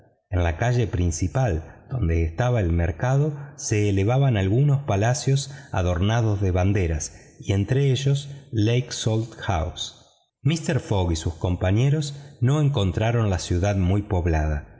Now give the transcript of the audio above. en la calle principal donde estaba el mercado se elevaban algunos palacios adornados de banderas y entre otros lake salt house mister fogg y sus compañeros no encontraron la ciudad muy poblada